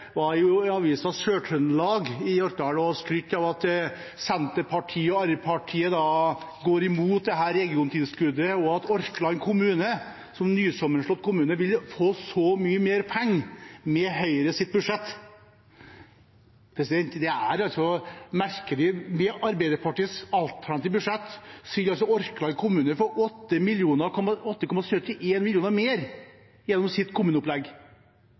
var i Avisa Sør-Trøndelag i Orkland og skrøt av at Senterpartiet og Arbeiderpartiet går imot dette regiontilskuddet, og at Orkland, som nysammenslått kommune, ville få så mye mer penger med Høyres budsjett. Det er merkelig. Med Arbeiderpartiets alternative budsjett ville Orkland kommune fått 8,71 mill. kr mer gjennom sitt kommuneopplegg – 8,71 mill. kr mer